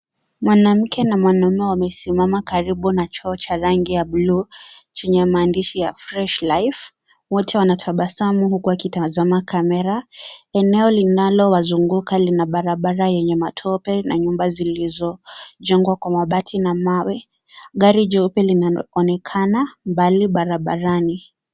Mwanamke na mwanaume wamesimama karibu na choo cha rangi ya blue chenye maandishi ya " Fresh Life ". Wote wanatabasamu huku wakitazama kamera. Eneo linalowazunguka lina barabara yenye matope na nyumba zilizo jengwa kwa mabati na mawe. Gari jeupe linaloonekana mbali barabarani.